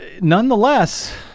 nonetheless